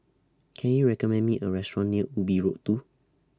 Can YOU recommend Me A Restaurant near Ubi Road two